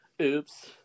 Oops